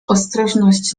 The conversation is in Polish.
ostrożność